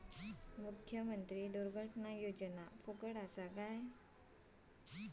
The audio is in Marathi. मुख्यमंत्री दुर्घटना योजना फुकट असा काय?